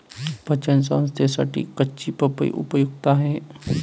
पचन संस्थेसाठी कच्ची पपई उपयुक्त आहे